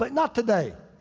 like not today.